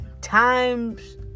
Times